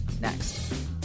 next